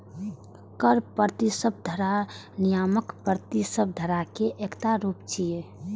कर प्रतिस्पर्धा नियामक प्रतिस्पर्धा के एकटा रूप छियै